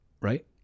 Right